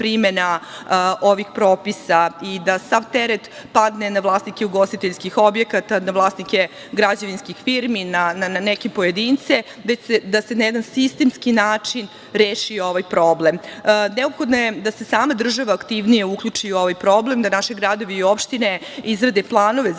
ovih propisa i da sav teret padne na vlasnike ugostiteljskih objekata, na vlasnike građevinskih firmi, na neke pojedince, već da se na jedan sistemski način reši ovaj problem. Neophodno je da se sama država aktivnije uključi u ovaj problem, da naši gradovi i opštine izrade planove zaštite